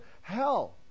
hell